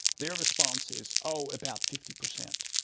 their response is, oh, about fifty percent.